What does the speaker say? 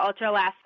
Ultralast